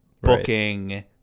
booking